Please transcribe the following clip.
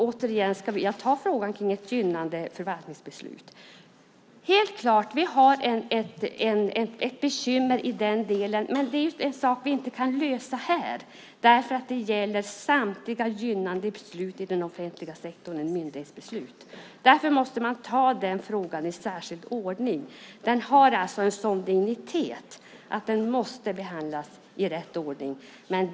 Återigen tar jag upp frågan om ett gynnande förvaltningsbeslut. Det är helt klart att det finns ett bekymmer där, men det är en sak vi inte kan lösa här. Det gäller samtliga gynnande beslut i offentliga sektorn - myndighetsbeslut. Därför måste den frågan tas i särskild ordning. Den har en sådan dignitet att den måste behandlas i rätt ordning.